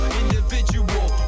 individual